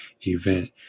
event